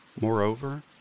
Moreover